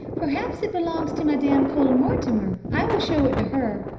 perhaps it belongs to madame cole-mortimer. i will show it to her.